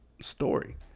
story